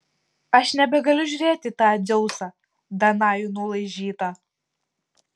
aš nebegaliu žiūrėti į tą dzeusą danajų nulaižytą